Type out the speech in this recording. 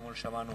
אתמול שמענו